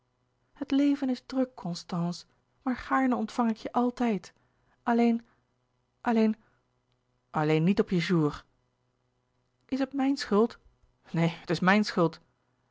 het leven is druk constance maar gaarne ontvang ik je altijd alleen alleen alleen niet op je jour is het mijn schuld neen het is mijn schuld